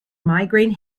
migraine